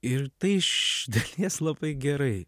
ir tai iš dalies labai gerai